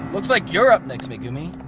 looks like you're up next, megumi.